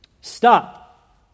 Stop